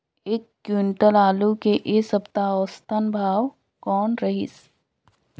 एक क्विंटल आलू के ऐ सप्ता औसतन भाव कौन रहिस?